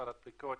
ועדת ביקורת,